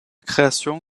création